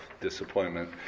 disappointment